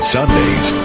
Sundays